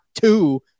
two